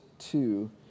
Two